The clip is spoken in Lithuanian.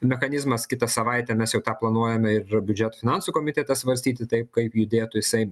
mechanizmas kitą savaitę mes jau tą planuojame ir biudžeto finansų komitete svarstyti taip kaip judėtų jisai